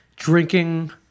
Drinking